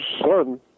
son